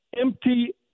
Empty